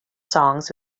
songs